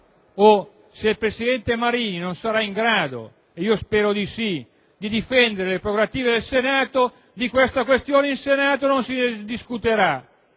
o se il presidente Marini non sarà in grado - io spero di sì - di difendere le prerogative del Senato, di questa questione il Senato non discuterà,